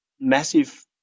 massive